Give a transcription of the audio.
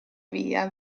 via